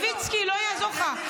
אתם רוצים לפגוע בממסד החרדי,